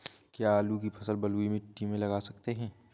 क्या आलू की फसल बलुई मिट्टी में लगा सकते हैं?